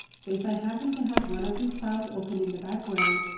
so if i happen to have one of these files open in the background,